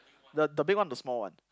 the the big one or the small one